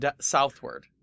southward